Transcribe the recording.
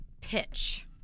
pitch